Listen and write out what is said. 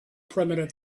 primitive